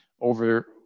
over